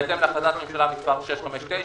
בהתאם להחלטת ממשלה מס' 659,